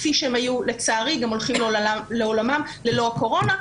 כפי שהם היו לצערי גם הולכים לעולמם ללא הקורונה.